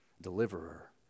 deliverer